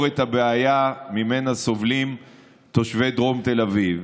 את הבעיה שממנה סובלים תושבי דרום תל אביב.